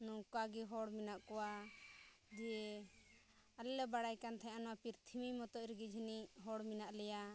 ᱱᱚᱝᱠᱟᱜᱮ ᱦᱚᱲ ᱢᱮᱱᱟᱜ ᱠᱚᱣᱟ ᱡᱮ ᱟᱞᱮᱞᱮ ᱵᱟᱲᱟᱭ ᱠᱟᱱ ᱛᱟᱦᱮᱱᱟ ᱱᱚᱣᱟ ᱯᱨᱤᱛᱷᱤᱵᱤ ᱢᱚᱛᱚ ᱨᱮᱜᱮ ᱡᱟᱹᱱᱤᱡ ᱦᱚᱲ ᱢᱮᱱᱟᱜ ᱞᱮᱭᱟ